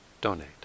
donate